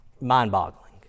mind-boggling